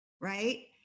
right